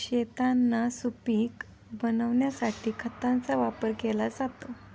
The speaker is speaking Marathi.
शेतांना सुपीक बनविण्यासाठी खतांचा वापर केला जातो